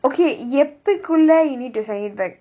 okay இப்போக்குள்ளே:ippokkulla you need to send it back